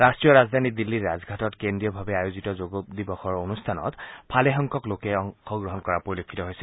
ৰট্টীয় ৰাজধানী দিল্লীৰ ৰাজঘাটত কেন্দ্ৰীয়ভাৱে আয়োজিত যোগ দিৱসৰ অনুষ্ঠানত ভালেসংখ্যক লোকে অংশগ্ৰহণ কৰাৰ সম্ভাৱনা আছে